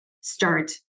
start